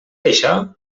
això